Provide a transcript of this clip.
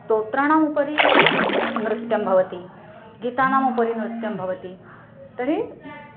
स्तोत्राणामुपरि नृत्यं भवति गीतानाम् उपरि नृत्यं भवति तर्हि